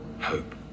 Hope